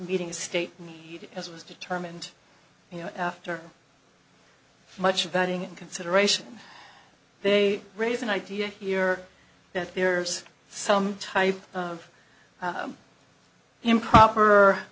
meeting a state as was determined you know after much abetting consideration they raise an idea here that there's some type of improper